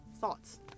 thoughts